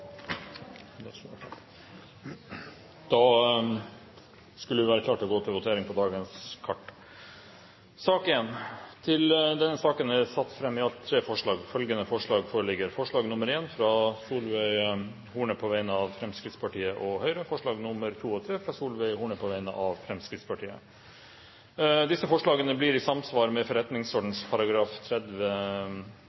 Da er vi klare til å gå til votering. Under debatten er det satt fram i alt tre forslag. Det er: forslag nr. 1, fra Solveig Horne på vegne av Fremskrittspartiet og Høyre forslagene nr. 2 og 3, fra Solveig Horne på vegne av Fremskrittspartiet